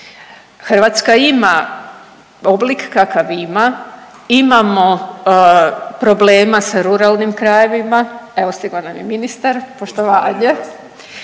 Hrvatska ima oblik kakav ima, imamo problema sa ruralnim krajevima, evo stigao nam je ministar, poštovanje,